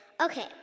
okay